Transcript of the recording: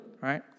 right